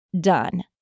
done